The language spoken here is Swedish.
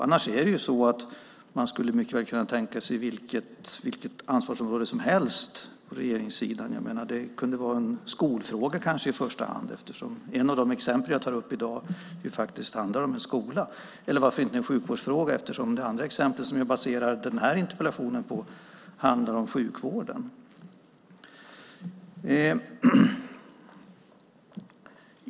Annars skulle man mycket väl kunna tänka sig vilket ansvarsområde som helst på regeringssidan. Det kunde kanske i första hand vara en skolfråga, eftersom ett av de exempel jag tar upp i dag ju faktiskt handlar om en skola. Eller varför inte en sjukvårdsfråga, eftersom det andra exemplet som jag baserar denna interpellation på handlar om sjukvården?